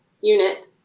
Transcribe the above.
unit